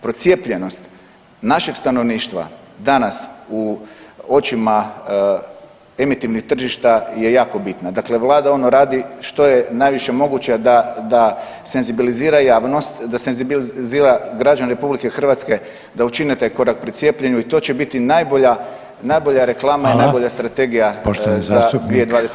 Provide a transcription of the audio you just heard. Procijepljenost našeg stanovništva danas u očima emitivnih tržišta je jako bitna, dakle vlada ono radi što je najviše moguće da, da senzibilizira javnost, da senzibilizira građane RH da učine taj korak pri cijepljenju i to će biti najbolja, najbolja reklama i najbolja strategija za 2022.g.